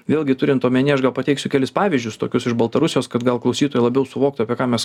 vėlgi turint omenyje aš gal pateiksiu kelis pavyzdžius tokius iš baltarusijos kad gal klausytojai labiau suvoktų apie ką mes